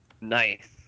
Nice